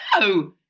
No